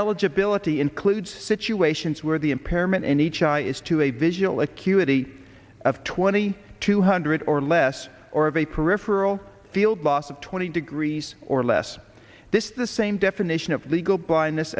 eligibility includes situations where the impairment in each eye is to a visual acuity of twenty two hundred or less or of a peripheral field loss of twenty degrees or less this is the same definition of legal blindness